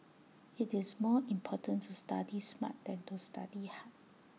IT is more important to study smart than to study hard